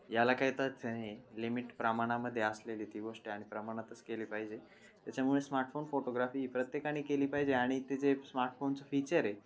याला काही तथ्य नाही लिमिट प्रमाणामध्ये असलेली ती गोष्ट आहे आणि प्रमाणातच केली पाहिजे त्याच्यामुळे स्मार्टफोन फोटोग्राफी ही प्रत्येकाने केली पाहिजे आणि ते जे स्मार्टफोनचं फीचर आहे